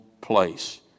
place